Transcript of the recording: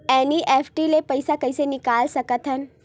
NEFT ले पईसा कइसे निकाल सकत हन?